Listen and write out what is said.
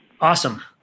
Awesome